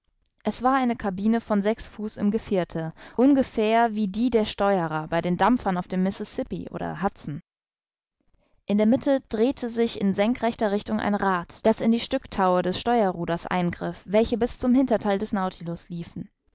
es war eine cabine von sechs fuß im gevierte ungefähr wie die der steuerer bei den dampfern auf dem missisippi oder hudson in der mitte drehte sich in senkrechter richtung ein rad das in die stücktaue des steuerruders eingriff welche bis zum hintertheil des nautilus liefen